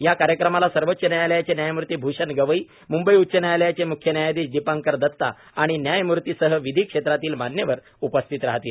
या कार्यक्रमाला सर्वोच्च न्यायालयाचे न्यायमूर्ती भूषण गवई मूंबई उच्च न्यायालयाचे मूख्य न्यायाधीश दीपांकर दता आणि न्यायमूर्तीसह विधी क्षेत्रातील मान्यवर उपस्थित राहतील